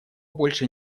больше